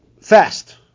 fast